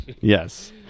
Yes